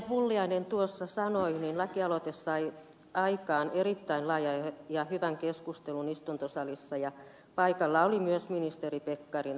pulliainen tuossa sanoi lakialoite sai aikaan erittäin laajan ja hyvän keskustelun istuntosalissa ja paikalla oli myös ministeri pekkarinen